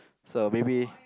so maybe